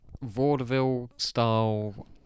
vaudeville-style